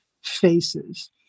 faces